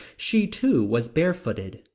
she too was bare footed,